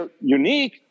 unique